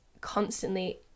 constantly